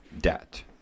debt